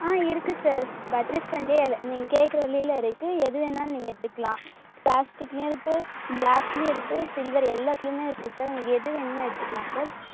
ஆ இருக்கு sir budget ஃப்ரெண்ட்லியாக நீங்கள் கேட்குற விலைல இருக்கு எது வேணாலும் நீங்கள் எடுத்துக்கலாம் பிளாஸ்டிக்லையும் இருக்கு க்ளாஸ்லையும் இருக்கு சில்வர் எல்லாத்துலயுமே இருக்கு சார் உங்களுக்கு எது வேணுமோ எடுத்துக்கலாம் சார்